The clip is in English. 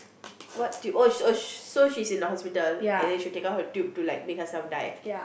what tube oh she oh she so she's in the hospital and then she will like take out her tube to like make herself die